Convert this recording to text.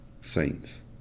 saints